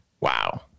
Wow